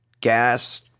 gas